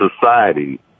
society